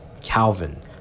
Calvin